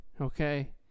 okay